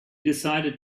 decided